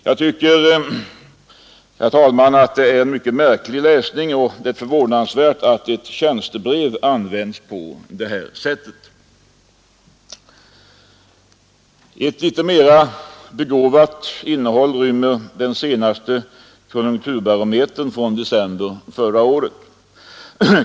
Jag tycker, herr talman, att det är en märklig läsning och det är förvånansvärt att tjänstebrev används på detta sätt. Ett litet mera begåvat innehåll rymmer den senaste konjunkturbarometern från december förra året.